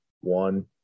one